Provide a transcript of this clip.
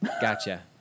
Gotcha